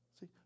See